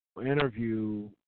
interview